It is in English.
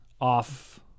off